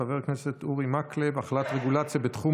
של חבר הכנסת אורי מקלב: החלת רגולציה בתחום